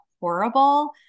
horrible